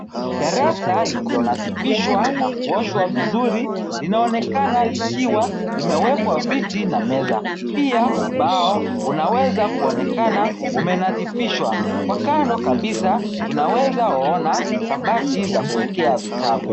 Darasa lililonadhifishwa na kuoshwa vizuri linaonekana likiwa limewekwa viti na meza. Pia ubao unawezakuonekana umenadhifishwa. Kwa kando kabisa tunawezaona kabati za kuwekea vitabu.